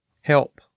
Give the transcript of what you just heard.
help